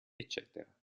eccetera